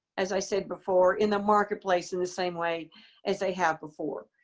as i said before, in the marketplace in the same way as they have before.